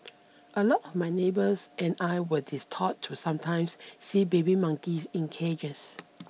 a lot of my neighbours and I were distraught to sometimes see baby monkeys in cages